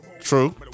true